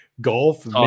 golf